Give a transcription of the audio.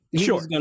Sure